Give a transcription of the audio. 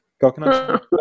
Coconut